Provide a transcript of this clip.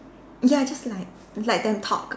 ya just like let them talk